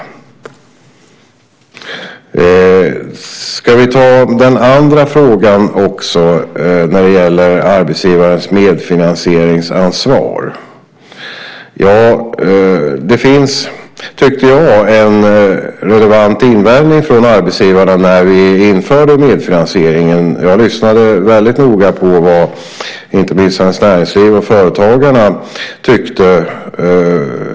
Jag ska också ta upp den andra frågan som handlade om arbetsgivarens medfinansieringsansvar. Ja, det finns, tyckte jag när vi införde medfinansieringen en relevant invändning från arbetsgivarna. Jag lyssnade väldigt noga på vad inte minst Svenskt Näringsliv och Företagarna tyckte.